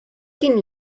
kien